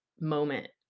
moment